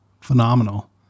phenomenal